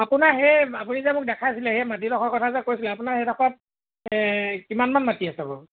আপোনাৰ সেই আপুনি যে মোক দেখাইছিলে সেই মাটিডোখৰ কথা যে কৈছিলে আপোনাৰ সেইডোখৰত কিমানমান মাটি আছে বাৰু